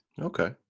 Okay